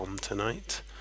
tonight